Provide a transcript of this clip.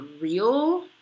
real